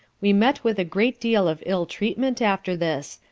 we met with a great deal of ill treatment after this,